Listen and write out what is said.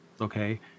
Okay